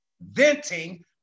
venting